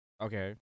Okay